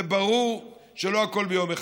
זה ברור שלא הכול ביום אחד,